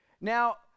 Now